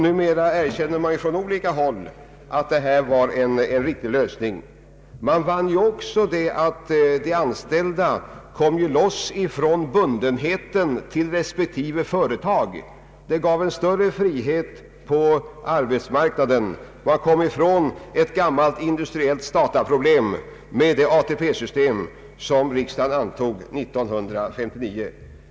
Numera erkänns från olika håll att det var en riktig lösning. Vi vann också att de anställda kom loss från bundenheten till respektive företag. Det gav en större frihet på arbetsmarknaden. Man kom ifrån ett gammalt industriellt statarsystem med det ATP-system som riks dagen antog 1959.